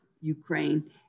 Ukraine